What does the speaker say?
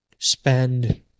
spend